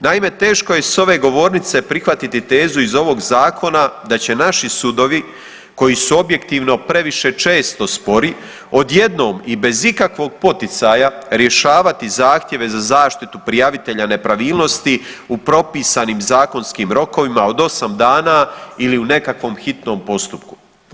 Naime, teško je s ove govornice prihvatiti tezu iz ovog zakona da će naši sudovi koji su objektivno previše često spori odjednom i bez ikakvog poticaja rješavati zahtjeve za zaštitu prijavitelja nepravilnosti u propisanim zakonskim rokovima od osam dana ili u nekakvom hitnom postupku.